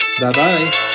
Bye-bye